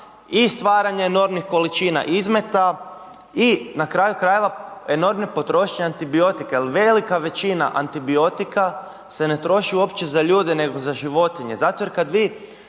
i stvaranje enormnih količina izmeta i na kraju krajeva enormne potrošnje antibiotika, jer velika većina antibiotika se ne troši uopće za ljude nego za životinje, zato jer kad vi